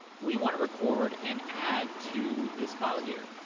we want to record and add to this file, here.